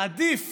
עדיף